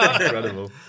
Incredible